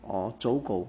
or 走狗